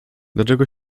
dlaczego